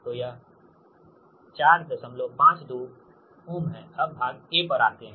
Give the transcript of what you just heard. तो यह 452 Ω है अब भाग पर आते हैं